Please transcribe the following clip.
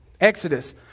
Exodus